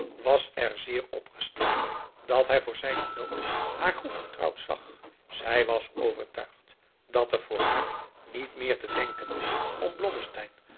was er zeer op gesteld dat hij voor zijnen dood haar goed getrouwd zag zij was overtuigd dat er voor haar niet meer te denken viel om